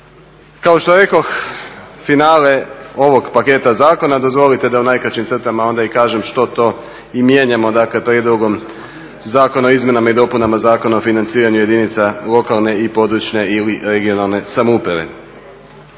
Kao što rekoh finale ovog paketa zakona dozvolite da u najkraćim crtama onda i kažem što to i mijenjamo, dakle prijedlogom Zakona o izmjenama i dopunama Zakona o financiranju jedinica lokalne i područne ili regionalne samouprave.